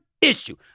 issue